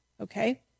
Okay